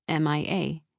MIA